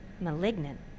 Malignant